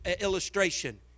illustration